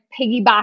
piggyback